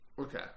Okay